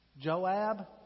Joab